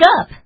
up